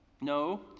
No